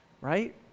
Right